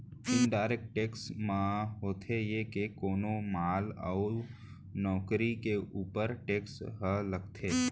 indirect tax म होथे ये के कोनो माल अउ नउकरी के ऊपर टेक्स ह लगथे